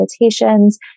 meditations